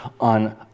on